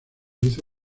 hizo